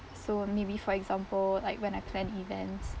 so maybe for example like when I planned events